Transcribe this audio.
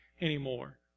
anymore